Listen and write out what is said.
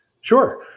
Sure